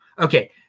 Okay